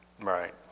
Right